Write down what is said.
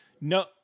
No